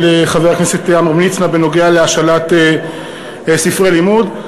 חבר הכנסת עמרם מצנע בנוגע להשאלת ספרי לימוד.